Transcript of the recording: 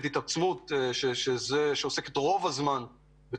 שעוסקת בזה רוב הזמן.